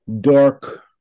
dark